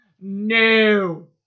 No